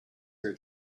her